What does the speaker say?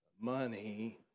money